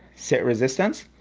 set resistance,